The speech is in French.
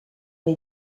les